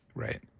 right.